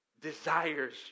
Desires